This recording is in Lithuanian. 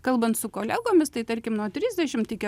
kalbant su kolegomis tai tarkim nuo trisdešimt iki